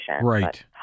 Right